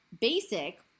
basic